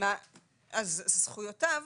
זכויותיו